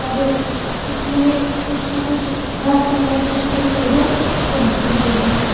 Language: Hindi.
पर उसमें कुछ ना कुछ हर समय कुछ न कुछ गड़बड़ रहती है गी